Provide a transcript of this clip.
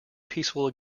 peaceful